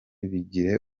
bigire